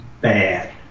bad